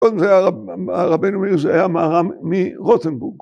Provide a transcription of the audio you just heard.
‫קודם זה הרבינו מאיר ‫זה המהר"ם מרוטנבורג.